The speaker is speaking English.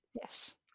yes